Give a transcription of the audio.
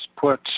put